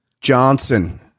Johnson